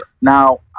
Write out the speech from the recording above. Now